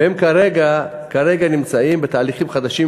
530. והם כרגע נמצאים בתהליכים חדשים,